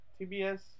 TBS